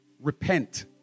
Repent